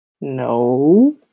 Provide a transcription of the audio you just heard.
no